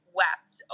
wept